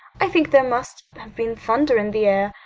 i think there must have been thunder in the air.